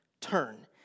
Turn